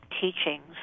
teachings